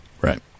Right